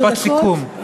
משפט סיכום.